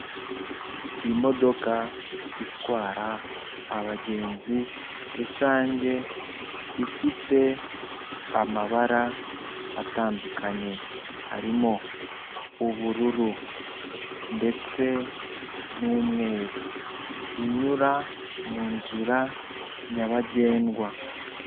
Imodoka itwara abagenzi rusange ifite amabara atandukanye harimo ubururu ndetse n'umweru, inyura mu nzira nyabagendwa.